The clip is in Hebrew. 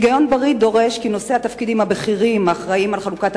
היגיון בריא דורש כי נושאי התפקידים הבכירים האחראים לחלוקת